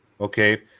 okay